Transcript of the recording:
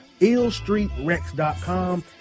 illstreetrex.com